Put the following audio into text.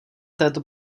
této